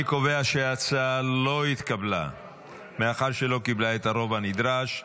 אני קובע שההצעה לא התקבלה מאחר שלא קיבלה את הרוב הנדרש.